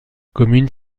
commune